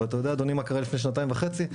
אדוני, אתה יודע מה קרה לפני שנתיים וחצי?